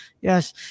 Yes